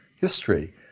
history